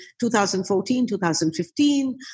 2014-2015